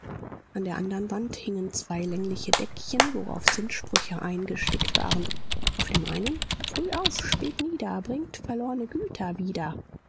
an der andern wand hingen zwei längliche deckchen worauf sinnsprüche eingestickt waren auf dem einen früh auf spät nieder bringt verlorene güter wieder